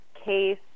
case